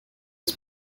was